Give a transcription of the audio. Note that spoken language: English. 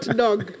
dog